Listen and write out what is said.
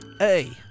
A-